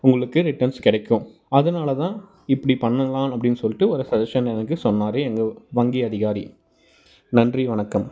உங்களுக்கு ரிட்டன்ஸ் கிடைக்கும் அதனால தான் இப்படி பண்ணலாம் அப்படின்னு சொல்லிட்டு ஒரு சஜ்ஜஷன் எனக்கு சொன்னார் எங்கள் வங்கி அதிகாரி நன்றி வணக்கம்